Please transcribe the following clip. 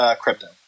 crypto